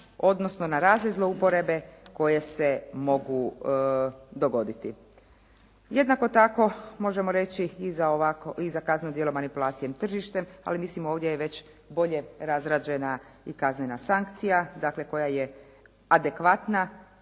odnosno na razne zlouporabe koje se mogu dogoditi. Jednako tako možemo reći i za ovako i za kazneno djelo manipulacije tržištem ali mislim ovdje je već bolje razrađena i kaznena sankcija dakle koja je adekvatna